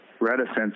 reticence